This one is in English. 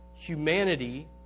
Humanity